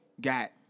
got